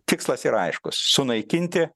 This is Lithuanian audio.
tikslas yra aiškus sunaikinti